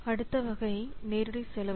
அடுத்த வகை நேரடி செலவு